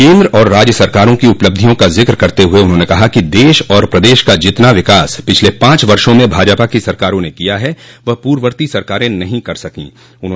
केन्द्र और राज्य सरकारों की उपलब्धियों का जिक करते हुए उन्होंने कहा कि देश और प्रदेश का जितना विकास पिछले पांच वर्षो में भाजपा की सरकारों ने किया है वह पूर्ववर्ती सरकारें नहीं कर सकीं